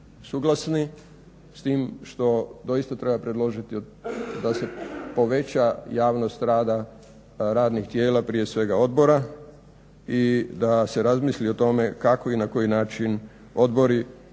suglasni, s tim što doista treba predložiti da se poveća javnost rada radnih tijela, prije svega odbora i da se razmisli o tome kako i na koji načina odbori